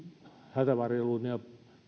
hätävarjelu ja